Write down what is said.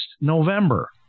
November